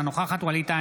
אינה נוכחת ווליד טאהא,